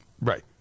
Right